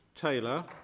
Taylor